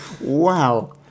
Wow